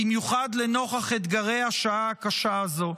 במיוחד לנוכח אתגרי השעה הקשה הזו.